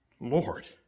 Lord